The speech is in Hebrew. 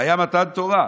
היה מתן תורה.